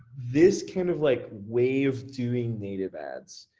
this kind of like wave doing native ads,